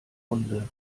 runde